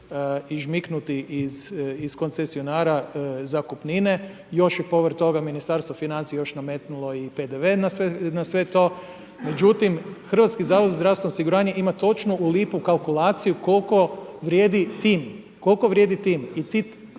ižmiknuti iz koncesionara zakupnine, još je povrh toga Ministarstvo financija još nametnulo PDV na sve to. Međutim, HZZO ima točno u lipu kalkulaciju koliko vrijedi tim,